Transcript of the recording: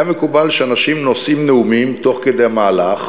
היה מקובל שאנשים נושאים נאומים תוך כדי המהלך,